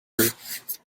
earth